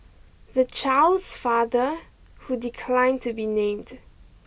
the child's father who declined to be named